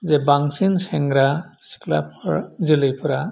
जे बांसिन सेंग्रा सिख्लाफ्रा जोलैफोरा